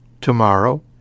tomorrow